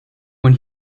when